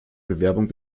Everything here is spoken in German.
bewerbung